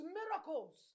miracles